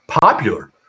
popular